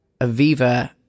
Aviva